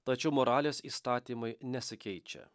tačiau moralės įstatymai nesikeičia